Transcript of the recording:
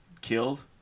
killed